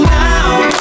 now